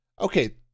Okay